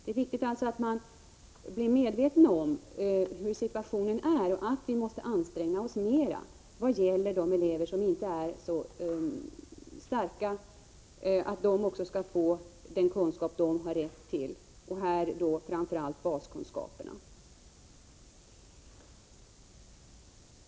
Det är viktigt att man blir medveten om hurdan situationen är och att vi måste anstränga oss mera vad gäller de elever som inte är så starka. Också de skall få den kunskap de har rätt till, framför allt baskunskaperna.